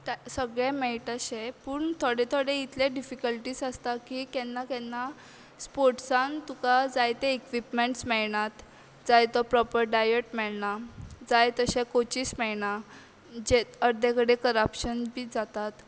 ता सगळें मेळटशें पूण थोडे थोडे इतले डिफिकल्टीज आसता की केन्ना केन्ना स्पोर्ट्सान तुका जाय ते इक्विपमँट्स मेळनात जाय तो प्रॉपर डायट मेळना जाय तशे कोचीस मेळना जें अर्दे कडेन करप्शन बी जातात